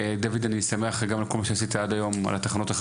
דוד אני שמח גם על כל מה שעשית עד היום,